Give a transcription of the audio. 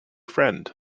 friend